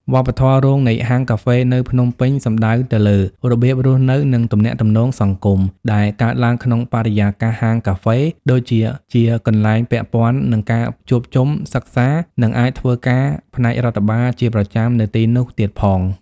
វប្បធម៌រងនៃហាងកាហ្វេនៅភ្នំពេញសំដៅទៅលើ របៀបរស់នៅ និងទំនាក់ទំនងសង្គម ដែលកើតឡើងក្នុងបរិយាកាសហាងកាហ្វេ ដូចជា ជាកន្លែងពាក់ព័ន្ធនឹងការជួបជុំ សិក្សា និងអាចធ្វើការផ្នែករដ្ឋបាលជាប្រចាំនៅទីនោះទៀតផង។